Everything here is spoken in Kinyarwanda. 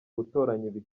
gutoranya